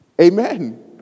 Amen